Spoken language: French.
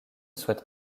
souhaite